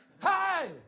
Hi